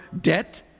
debt